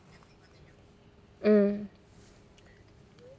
mm